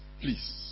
please